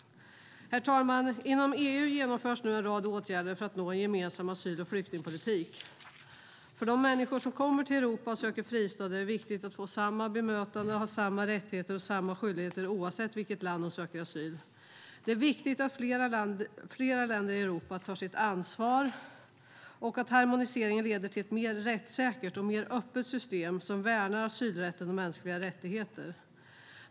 Herr talman! Inom EU genomförs nu en rad åtgärder för att nå en gemensam asyl och flyktingpolitik. För de människor som kommer till Europa och söker en fristad är det viktigt att få samma bemötande och ha samma rättigheter och samma skyldigheter oavsett i vilket land de söker asyl. Det är viktigt att flera länder i Europa tar sitt ansvar och att harmoniseringen leder till ett mer rättssäkert och öppet system som värnar asylrätten och mänskliga rättigheter.